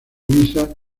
misas